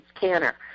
canner